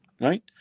right